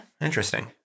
Interesting